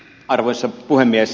arvoisa puhemies